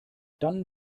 dann